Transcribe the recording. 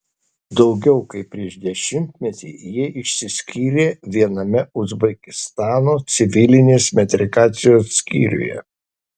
daugiau kaip prieš dešimtmetį jie išsiskyrė viename uzbekistano civilinės metrikacijos skyriuje